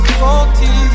faulty